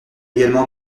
également